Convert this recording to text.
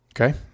Okay